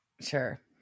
sure